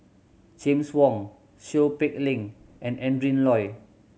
James Wong Seow Peck Leng and Adrin Loi